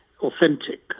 authentic